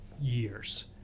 years